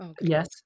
Yes